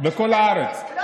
בכל הארץ.